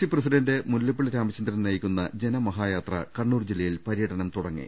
C president Mullappally Ramachandran നയിക്കുന്ന ജനമഹായാത്ര കണ്ണൂർ ജില്ലയിൽ പര്യടനം തുടങ്ങി